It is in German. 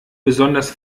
besonders